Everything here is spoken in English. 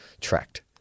tracked